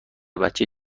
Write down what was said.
بچه